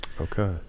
Okay